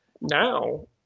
Now